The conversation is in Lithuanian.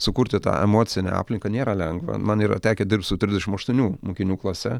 sukurti tą emocinę aplinką nėra lengva man yra tekę dirbt su trisdešim aštuonių mokinių klase